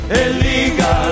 eliga